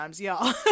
y'all